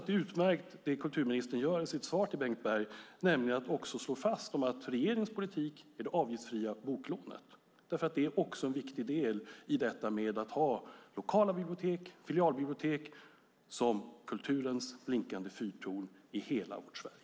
Det som kulturministern säger i sitt svar till Bengt Berg är utmärkt, att hon slår fast att regeringens politik är det avgiftsfria boklånet. Det är en viktig del i att ha lokala bibliotek och filialbibliotek som kulturens blinkande fyrtorn i hela vårt Sverige.